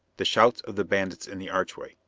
the shouts of the bandits in the archway.